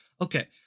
Okay